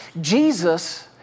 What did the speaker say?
Jesus